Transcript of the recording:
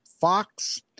Fox